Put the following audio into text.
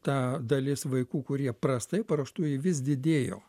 ta dalis vaikų kurie prastai paruoštų ji vis didėjo